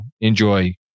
enjoy